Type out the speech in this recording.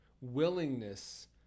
willingness